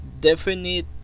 definite